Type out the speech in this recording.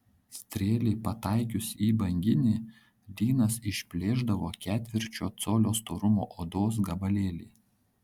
strėlei pataikius į banginį lynas išplėšdavo ketvirčio colio storumo odos gabalėlį